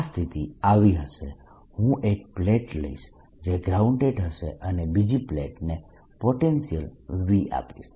આ સ્થિતિ આવી હશે હું એક પ્લેટ લઈશ જે ગ્રાઉન્ડેડ હશે અને બીજી પ્લેટને પોટેન્શિયલ V આપીશ